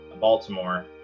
Baltimore